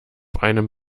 einem